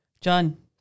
John